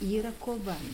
ji yra kova